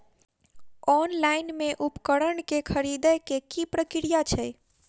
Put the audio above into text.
Online मे उपकरण केँ खरीदय केँ की प्रक्रिया छै?